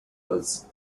was